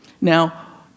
Now